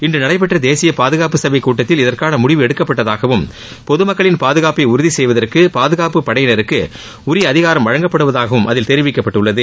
இன்று நடைபெற்ற தேசிய பாதுகாப்பு சபை கூட்டத்தில்இதற்கான முடிவு எடுக்கப்பட்டதாகவும் பொது மக்களின் பாதுகாப்பை உறுதி செய்வதற்கு பாதுகாப்பு படையினருக்கு உரிய அதிகாரம் வழங்கப்படுவதாகவும் அதில் தெரிவிக்கப்பட்டுள்ளது